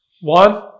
One